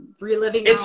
reliving